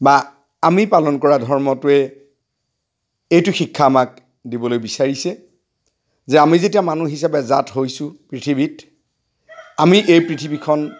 বা আমি পালন কৰা ধৰ্মটোৱে এইটো শিক্ষা আমাক দিবলৈ বিচাৰিছে যে আমি যেতিয়া মানুহ হিচাপে জাত হৈছোঁ পৃথিৱীত আমি এই পৃথিৱীখন